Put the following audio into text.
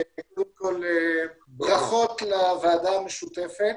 ברכות לוועדה המשותפת,